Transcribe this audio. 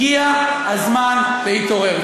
הגיע הזמן להתעורר.